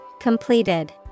completed